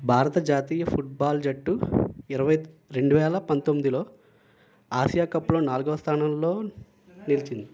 భారత జాతీయ ఫుట్బాల్ జట్టు ఇరవై రెండు వేల పంతొమ్మిదిలో ఆసియా కప్లో నాలుగో స్థానంలో నిలిచింది